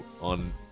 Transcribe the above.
on